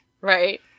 Right